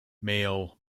male